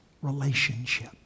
relationship